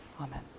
amen